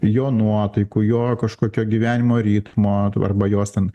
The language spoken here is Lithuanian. jo nuotaikų jo kažkokio gyvenimo ritmo arba jos ten